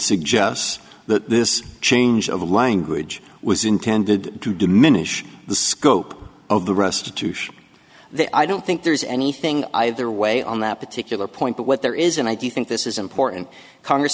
suggests that this change of language was intended to diminish the scope of the restitution they i don't think there's anything either way on that particular point but what there is and i do think this is important congress